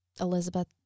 Elizabeth